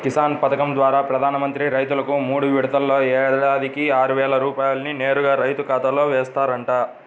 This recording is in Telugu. కిసాన్ పథకం ద్వారా ప్రధాన మంత్రి రైతుకు మూడు విడతల్లో ఏడాదికి ఆరువేల రూపాయల్ని నేరుగా రైతు ఖాతాలో ఏస్తారంట